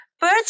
Bird's